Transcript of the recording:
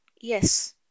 Yes